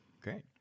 Great